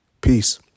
Peace